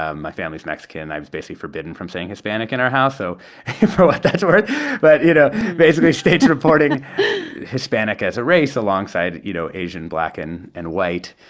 ah my family's mexican. and i was basically forbidden from saying hispanic in our house. so for what that's worth but, you know, basically states reporting hispanic as a race alongside, you know, asian, black and white.